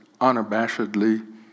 unabashedly